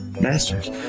Masters